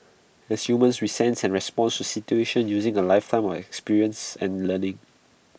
as humans we sense and response to situations using A lifetime of experience and learning